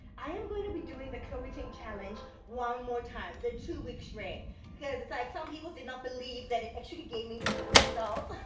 i'm going to be doing the chloe ting challenge one more time the two-week shred because it's like some people did not believe that it actually gave me results,